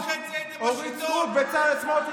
טאהא ומנסור עבאס?